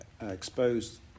exposed